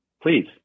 please